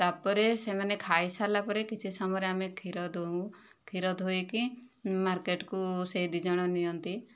ତା'ପରେ ସେମାନେ ଖାଇ ସାରିଲା ପରେ କିଛି ସମୟ ପରେ ଆମେ କ୍ଷୀର ଦୁହୁଁ କ୍ଷୀର ଦୁହିଁକି ମାର୍କେଟକୁ ସେହି ଦୁଇ ଜଣ ନିଅନ୍ତି